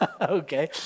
Okay